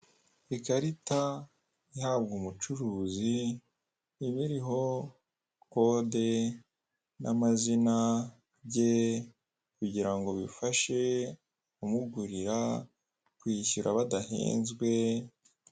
Ikarita ihabwa umucuruzi iba iriho kode n'amazina bye kugira ngo bifashe umugurira kwishyura badahenzwe.